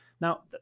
Now